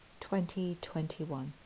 2021